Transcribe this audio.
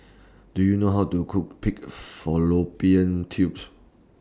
Do YOU know How to Cook Pig Fallopian Tubes